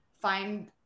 find